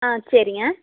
ஆ சரிங்க